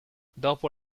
dopo